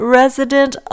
resident